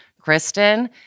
Kristen